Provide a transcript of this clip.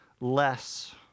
less